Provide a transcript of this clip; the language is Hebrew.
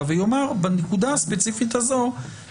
את הוועדה בדיונים האלה.